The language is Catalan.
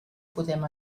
podem